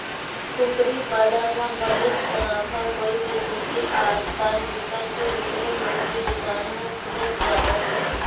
कुकरी पालन म बनेच मुनाफा होए के सेती आजकाल बिकट के कुकरी मुरगी दुकान ह खुलत जावत हे